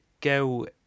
go